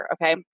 Okay